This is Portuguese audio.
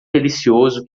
delicioso